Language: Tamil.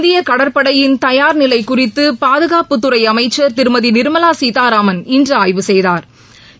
இந்தியகடற்படையின் தயார்நிலைகுறித்துபாதுகாப்புத் துறைஅமைச்சர் திருமதிநிர்மலாசீதாராமன் இன்றுஆய்வு செய்தாா்